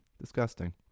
Disgusting